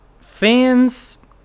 fans